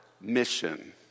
mission